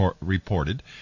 reported